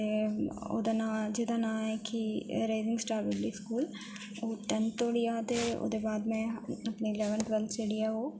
ते ओह्दा नांऽ जेह्दा नांऽ ऐ कि राइसन स्टार पब्लिक स्कूल ओह् टेन्थ धोड़ी हा ओह्दे बाद मै अपनी इलेवेन्थ टवेल्थ जेह्ड़ी ऐ ओह्